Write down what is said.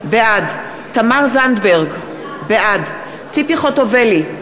בעד תמר זנדברג, בעד ציפי חוטובלי,